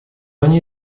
они